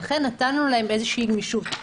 לכן נתנו להם איזושהי גמישות.